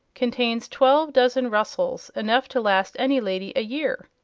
contains twelve dozen rustles enough to last any lady a year.